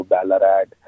Ballarat